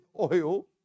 oil